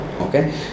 Okay